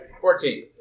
Fourteen